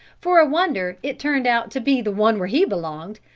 for a wonder it turned out to be the one where he belonged,